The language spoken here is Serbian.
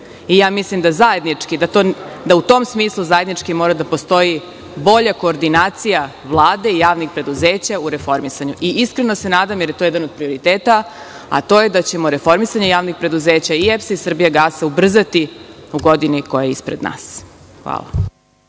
godinu dana. Mislim, da u tom smislu, zajednički mora da postoji bolja koordinacija Vlade i javnih preduzeća u reformisanju. Iskreno se nadam, jer to je jedan od prioriteta, a to je da ćemo reformisanje javnih preduzeća i EPS i „Srbijagasa“, ubrzati u godini koja je ispred nas.